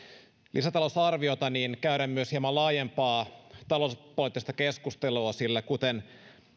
lisätalousarviota käydä myös hieman laajempaa talouspoliittista keskustelua sillä kuten